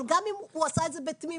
אבל גם אם הוא עשה את זה בתמימות.